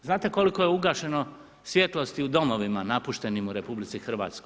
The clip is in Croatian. Znate koliko je ugašeno svjetlosti u domovima napuštenim u RH?